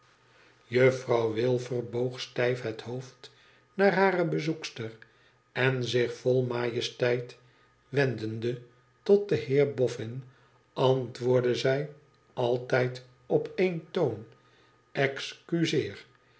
jafifrouw wilfer boog stijf het hoofd naar hare bezoekster en zich vol majesteit wendende tot den heer boffin antwoordde zij altijd op één toon excuseer